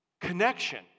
connection